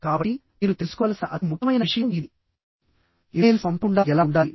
కాబట్టి మీరు తెలుసుకోవలసిన అతి ముఖ్యమైన విషయం ఇది ఇమెయిల్స్ పంపకుండా ఎలా ఉండాలి